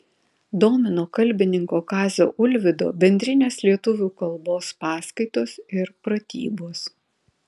domino kalbininko kazio ulvydo bendrinės lietuvių kalbos paskaitos ir pratybos